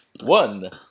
One